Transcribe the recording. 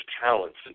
talents